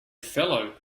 fellow